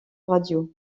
radio